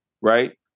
right